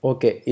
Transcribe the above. Okay